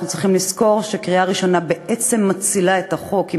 אנחנו צריכים לזכור שקריאה ראשונה בעצם מצילה את הצעת החוק.